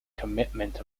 commitment